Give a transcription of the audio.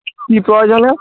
হ্যাঁ কি প্রয়োজনে